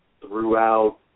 throughout